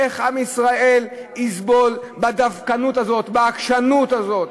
איך עם ישראל יסבול בדווקנות הזאת, בעקשנות הזאת,